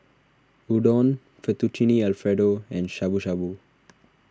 Udon Fettuccine Alfredo and Shabu Shabu